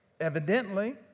evidently